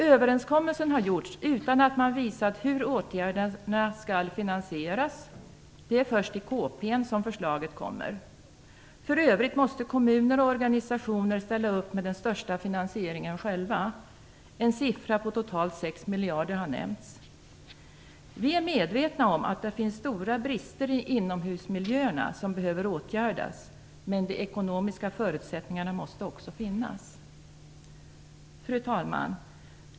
Överenskommelsen har träffats utan att man visat hur åtgärderna skall finansieras - det är först i kompletteringspropositionen som förslagen redovisas. För övrigt måste kommuner och organisationer själva ställa upp med den största finansieringen. En siffra på totalt 6 miljarder har nämnts. Vi är medvetna om att det finns stora brister i inomhusmiljöerna som behöver åtgärdas, men de ekonomiska förutsättningarna måste också finnas. Fru talman!